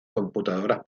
computadoras